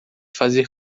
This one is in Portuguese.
fazer